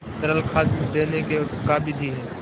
तरल खाद देने के का बिधि है?